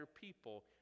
people